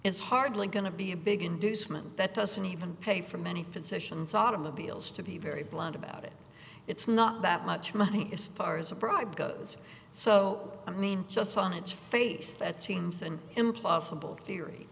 it's hardly going to be a big inducement that doesn't even pay for many physicians automobiles to be very blunt about it it's not that much money as far as a bribe goes so i mean just on its face that seems an impossible theory